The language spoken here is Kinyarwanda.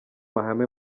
mahame